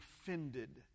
offended